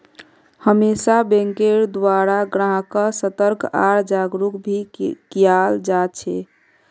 हमेशा बैंकेर द्वारा ग्राहक्क सतर्क आर जागरूक भी कियाल जा छे